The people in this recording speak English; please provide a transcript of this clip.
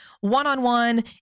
one-on-one